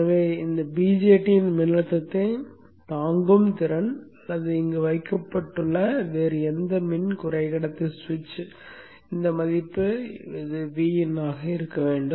எனவே இந்த BJTயின் மின்னழுத்தத்தைத் தாங்கும் திறன் அல்லது இங்கு வைக்கப்பட்டுள்ள வேறு எந்த மின் குறைக்கடத்தி சுவிட்ச் இந்த மதிப்பு Vinஆக இருக்க வேண்டும்